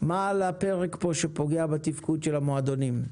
מה על הפרק פה שפוגע בתפקוד של המועדונים?